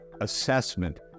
assessment